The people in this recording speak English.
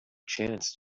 chance